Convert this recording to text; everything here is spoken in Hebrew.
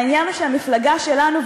העניין הוא שהמפלגה שלנו,